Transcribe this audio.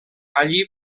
allí